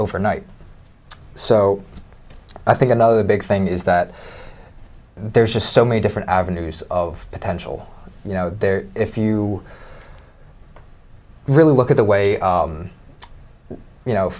overnight so i think another big thing is that there's just so many different avenues of potential you know there if you really look at the way you know